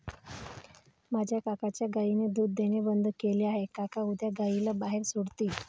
माझ्या काकांच्या गायीने दूध देणे बंद केले आहे, काका उद्या गायीला बाहेर सोडतील